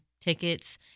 tickets